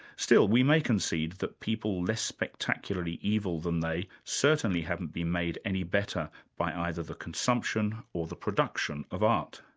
still, we may concede that people less spectacularly evil than they certainly haven't been made any better by either the consumption or the production of art.